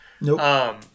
Nope